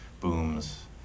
booms